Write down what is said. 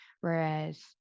whereas